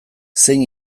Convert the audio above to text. zein